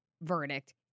verdict